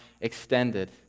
extended